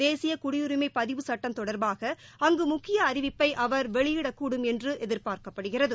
தேசிய குடியுரிமை பதிவு சுட்டம் தொடர்பாக அங்கு முக்கிய அறிவிப்பை அவர் வெளியிடக்கூடும் என்று எதிர்பார்க்கப்படுகிறது